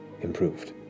improved